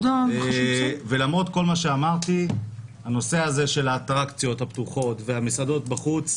למרות כל מה שאמרתי הנושא הזה של האטרקציות הפתוחות והמסעדות בחוץ,